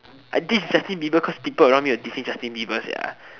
I diss Justin Bieber cause people around me were dissing Justin Bieber sia